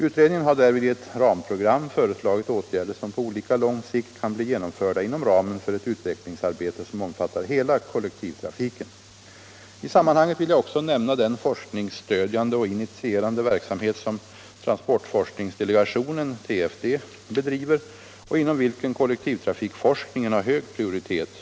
Utredningen har därvid i ett ramprogram föreslagit åtgärder som på olika lång sikt kan bli genomförda inom ramen för ett utvecklingsarbete som omfattar hela kollektivtrafiken. I sammanhanget vill jag också nämna den forskningsstödjande och forskningsinitierande verksamhet som transportforskningsdelegationen bedriver och inom vilken kollektivtrafikforskningen har hög prioritet.